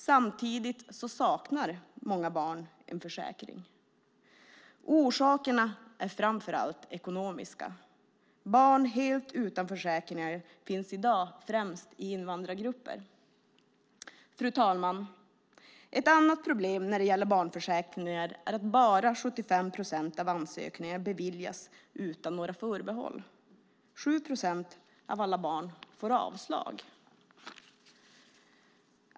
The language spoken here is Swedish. Samtidigt saknar många barn en försäkring. Orsakerna är framför allt ekonomiska. Barn helt utan försäkring finns i dag främst i invandrargrupper. Fru talman! Ett annat problem när det gäller barnförsäkringar är att bara 75 procent av ansökningarna beviljas utan några förbehåll och att 7 procent av alla barn får avslag.